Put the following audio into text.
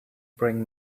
bring